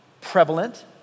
prevalent